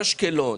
באשקלון,